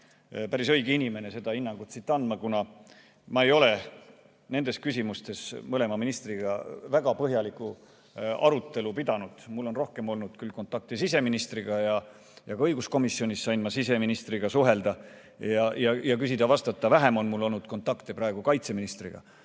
päris õige inimene seda hinnangut andma, kuna ma ei ole nendes küsimustes mõlema ministriga väga põhjalikku arutelu pidanud. Mul on rohkem olnud küll kontakte siseministriga ja ka õiguskomisjonis sain ma siseministriga suhelda ja küsida-vastata. Vähem on mul olnud kontakte praegu kaitseministriga.